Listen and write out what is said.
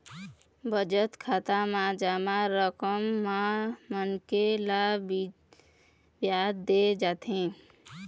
बचत खाता म जमा रकम म मनखे ल बियाज दे जाथे